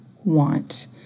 want